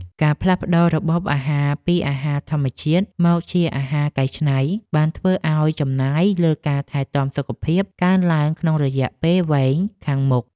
ការផ្លាស់ប្តូររបបអាហារពីអាហារធម្មជាតិមកជាអាហារកែច្នៃ បានធ្វើឱ្យចំណាយលើការថែទាំសុខភាពកើនឡើងក្នុងរយៈពេលវែងខាងមុខ។